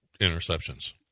interceptions